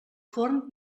forn